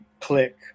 click